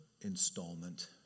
installment